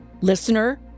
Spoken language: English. Listener